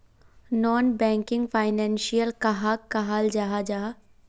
Non banking financial कहाक कहाल जाहा जाहा?